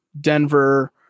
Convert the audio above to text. Denver